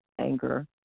anger